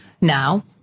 now